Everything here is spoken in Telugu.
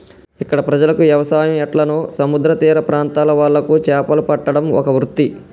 ఇక్కడ ప్రజలకు వ్యవసాయం ఎట్లనో సముద్ర తీర ప్రాంత్రాల వాళ్లకు చేపలు పట్టడం ఒక వృత్తి